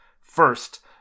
First